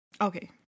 Okay